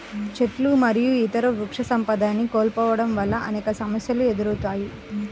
చెట్లు మరియు ఇతర వృక్షసంపదని కోల్పోవడం వల్ల అనేక సమస్యలు ఎదురవుతాయి